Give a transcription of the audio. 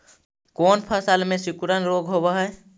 कोन फ़सल में सिकुड़न रोग होब है?